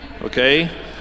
okay